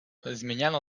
zmieniano